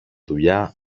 δουλειά